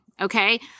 okay